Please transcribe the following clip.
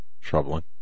troubling